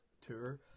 tour